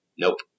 Nope